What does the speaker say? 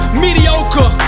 mediocre